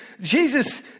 Jesus